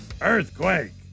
Earthquake